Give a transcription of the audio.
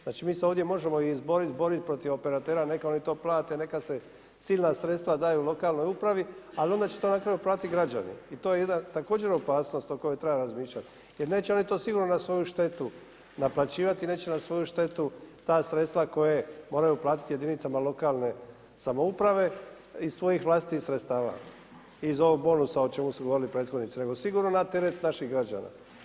Znači, mi se ovdje možemo izboriti protiv operatera, neka oni to plate, neka se silna sredstva daju lokalnoj upravi, ali onda će to na kraju platiti građani, i to je jedna također opasnost o kojoj treba razmišljati jer neće oni to sigurno na svoju štetu naplaćivati, neće na svoju štetu ta sredstva koje moraju platiti jedinicama lokalne samouprave iz svojih vlastitih sredstava i iz ovog bonusa o čemu su govorili prethodnici nego sigurno na teret naših građana.